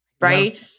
right